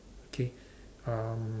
okay um